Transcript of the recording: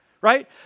right